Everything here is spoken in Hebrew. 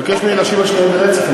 ביקשו ממני להשיב על שתיהן ברצף.